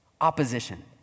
Opposition